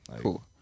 Cool